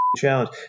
challenge